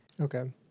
Okay